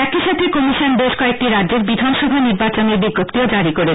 একইসাখে commission বেশ কয়েকটি রাজ্যের বিধানসভা নির্বাচনের বিজ্ঞপ্তি জারি করেছে